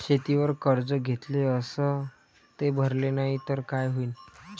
शेतीवर कर्ज घेतले अस ते भरले नाही तर काय होईन?